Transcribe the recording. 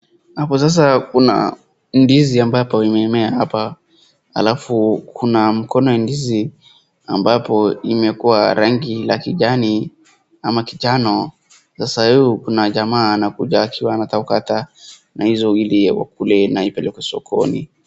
Hapo sasa kuna ndizi ambapo imemea hapa alafu kuna mkono ya ndizi ambapo imekuwa rangi la kijani ama kijano. Sasa huu kuna jamaa anakuja anataka kukata na hizo ili akule na ipelekwe sokoni.